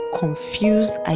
confused